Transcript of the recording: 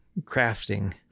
crafting